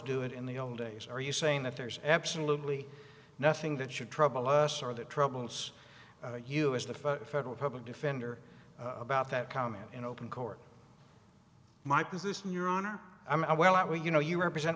do it in the old days are you saying that there's absolutely nothing that should trouble us are that troubles you is the federal public defender about that comment in open court my position your honor i will outweigh you know you represent